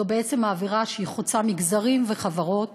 היא בעצם עבירה שחוצה מגזרים וחברות,